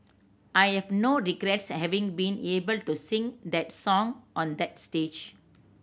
I have no regrets having been able to sing that song on that stage